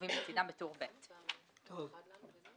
הנקובים לצדם בטור ב': טור א'